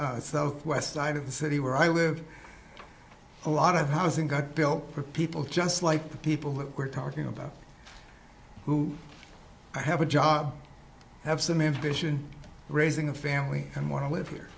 west side of the city where i live a lot of housing got built for people just like the people that we're talking about who i have a job have some information raising a family and want to live here